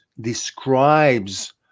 describes